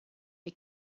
the